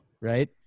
Right